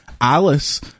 Alice